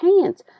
pants